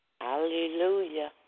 Hallelujah